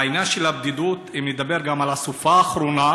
העניין של הבדידות, אם נדבר גם על הסופה האחרונה,